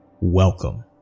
Welcome